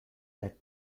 that